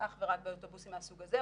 אך ורק באוטובוסים מהסוג הזה.